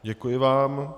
Děkuji vám.